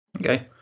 Okay